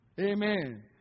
Amen